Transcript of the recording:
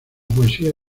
poesía